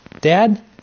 Dad